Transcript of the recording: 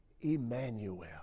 Emmanuel